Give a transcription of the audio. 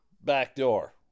Backdoor